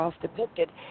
depicted